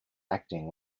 acting